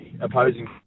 opposing